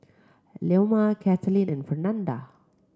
Leoma Katlyn and Fernanda